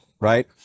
right